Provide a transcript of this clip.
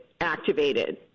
activated